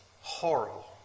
horrible